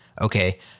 Okay